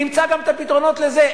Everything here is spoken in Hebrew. נמצא גם את הפתרונות לזה.